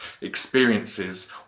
experiences